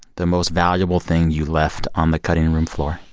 the most valuable thing you left on the cutting room floor?